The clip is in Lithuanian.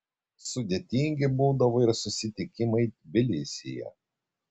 sudėtingi būdavo ir susitikimai tbilisyje